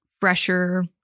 fresher